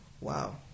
Wow